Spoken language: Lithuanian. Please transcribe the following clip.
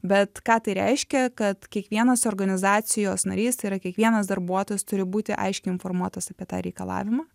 bet ką tai reiškia kad kiekvienas organizacijos narys tai yra kiekvienas darbuotojas turi būti aiškiai informuotas apie tą reikalavimą